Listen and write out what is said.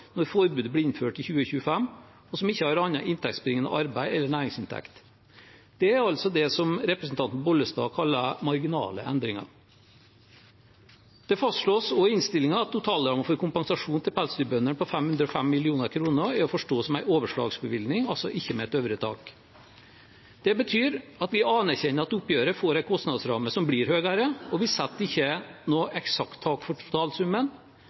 når forbudet blir innført i 2025 – bli utvidet med en tidligpensjonsordning for pelsdyrbønder mellom 62 år og 67 år som ikke har annet inntektsbringende arbeid eller næringsinntekt. Det er altså det som representanten Pollestad kalte marginale endringer. Det fastslås også i innstillingen at totalrammen for kompensasjon til pelsdyrbøndene på 505 mill. kr er å forstå som en overslagsbevilgning, altså ikke med et øvre tak. Det betyr at vi anerkjenner at oppgjøret får en kostnadsramme som blir høyere, og vi setter